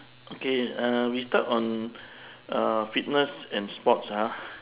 okay uh we start on uh fitness and sports ah